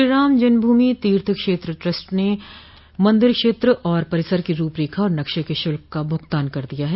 Shriram Janma Bhoomi Teerth Kshetra trust ने मंदिर क्षेत्र आर परिसर की रूप रेखा और नक्शे के शुल्क का भुगतान कर दिया है